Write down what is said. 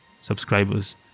subscribers